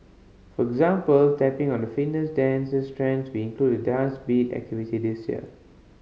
for example tapping on the fitness dances trends we included the Dance Beat activity this year